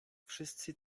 wszyscy